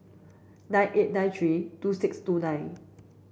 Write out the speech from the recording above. nine eight nine three two six two nine